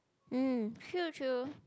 mm true true